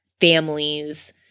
families